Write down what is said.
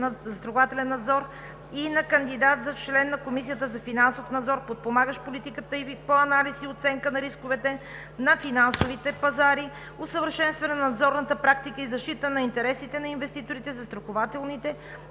„Застрахователен надзор“, и на кандидат за член на Комисията за финансов надзор, подпомагащ политиката ѝ по анализ и оценка на рисковете на финансовите пазари, усъвършенстване на надзорната практика и защита на интересите на инвеститорите, застрахователните